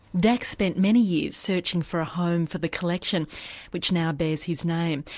dax spent many years searching for a home for the collection which now bears his name.